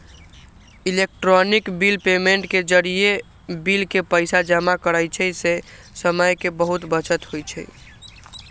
electronic bill payment के जरियासे bill के पइसा जमा करेयसे समय के बहूते बचत हो जाई छै